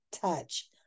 touch